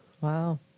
Wow